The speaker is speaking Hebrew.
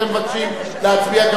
אתם מבקשים להצביע,